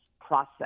process